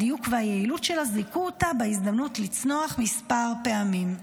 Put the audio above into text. הדיוק והיעילות של זיכו אותה בהזדמנות לצנוח מספר פעמים.